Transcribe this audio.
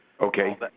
Okay